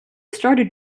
started